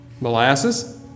Molasses